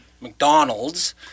McDonald's